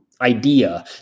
idea